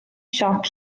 siop